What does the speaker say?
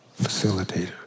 facilitator